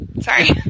sorry